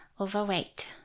Overweight